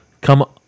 Come